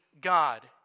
God